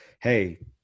hey